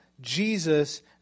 Jesus